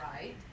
right